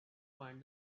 find